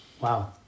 Wow